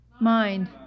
mind